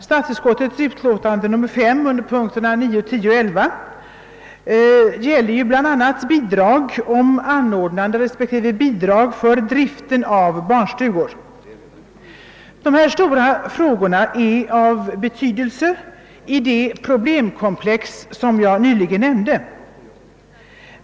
Statsutskottets utlåtande nr 5 under punkterna 9, 10 och 11, gäller bl.a. bidrag om anordnande av respektive bidrag för drift av barnstugor. Dessa stora frågor är av betydelse i det problemkomplex som jag nyligen nämnde.